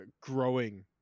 growing